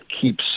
keeps